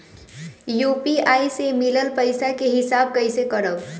UPI से मिलल पईसा के हिसाब कइसे करब?